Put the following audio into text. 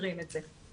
מאפשרים את זה.